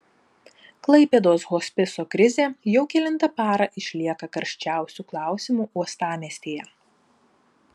klaipėdos hospiso krizė jau kelintą parą išlieka karščiausiu klausimu uostamiestyje